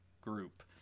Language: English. group